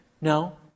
no